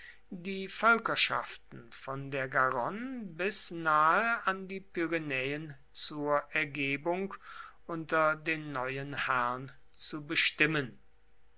die völkerschaften von der garonne bis nahe an die pyrenäen zur ergebung unter den neuen herrn zu bestimmen